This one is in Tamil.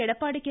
எடப்பாடி கே